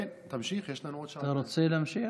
אתה רוצה להמשיך?